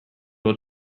will